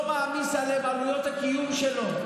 לא מעמיס עליהם את עלויות הקיום שלו.